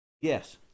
Yes